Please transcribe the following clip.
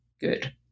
good